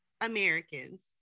Americans